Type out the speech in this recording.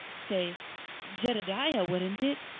say jedediah, wouldn't it?